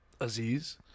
Aziz